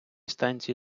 станції